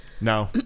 no